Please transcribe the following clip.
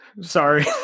Sorry